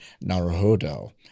Naruhodo